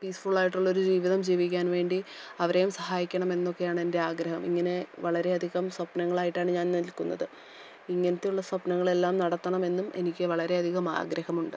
piece ഫുള്ളായിട്ടുള്ളൊരു ജീവിതം ജീവിക്കാൻ വേണ്ടി അവരെയും സഹായിക്കണമെന്നൊക്കെയാണ് എൻ്റെ ആഗ്രഹം ഇങ്ങനെ വളരെയധികം സ്വപ്നങ്ങളായിട്ടാണ് ഞാൻ നിൽക്കുന്നത് ഇങ്ങനത്തെയുള്ള സ്വപ്നങ്ങളെല്ലാം നടത്തണമെന്നും എനിക്ക് വളരെയധികം ആഗ്രഹമുണ്ട്